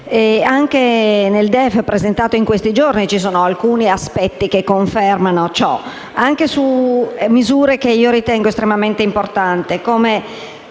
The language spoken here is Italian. anche il DEF presentato in questi giorni contiene alcuni aspetti che lo confermano. Vi sono misure che ritengo estremamente importanti,